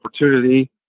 opportunity